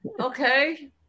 Okay